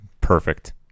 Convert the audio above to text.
Perfect